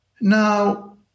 Now